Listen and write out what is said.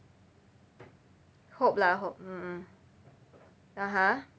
hope lah hope mm mm (uh huh)